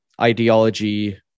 ideology